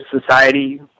society